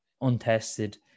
untested